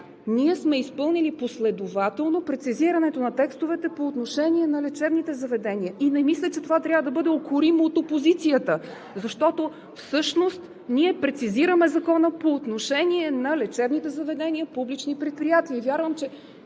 ние сме изпълнили последователно прецизирането на текстовете по отношение на лечебните заведения. И не мисля, че това трябва да бъде укоримо от опозицията, защото всъщност ние прецизираме Закона по отношение на лечебните заведения – публични предприятия.